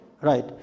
Right